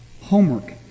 Homework